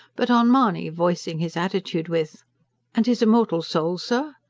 but on mahony voicing his attitude with and his immortal soul, sir?